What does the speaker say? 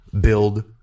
Build